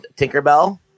Tinkerbell